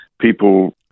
people